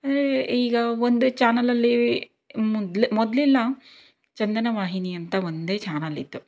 ಅಂದರೆ ಈಗ ಒಂದೇ ಚಾನಲಲ್ಲಿ ಮೊದಲು ಮೊದಲೆಲ್ಲ ಚಂದನ ವಾಹಿನಿ ಅಂತ ಒಂದೇ ಚಾನಲಿತ್ತು